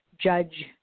judge